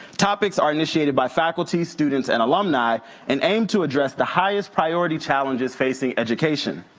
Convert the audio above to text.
topics are initiated by faculty, students and alumni and aim to address the highest priority challenges facing education.